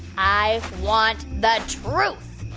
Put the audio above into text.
i want the truth.